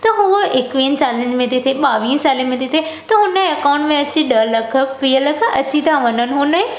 त हूअ एकवीहनि सालनि में थी थिए ॿावीह सालनि में थी थिए त हुनजे अकाउंट में अची ॾह लख वीह लख अची था वञनि हुनमें